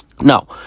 Now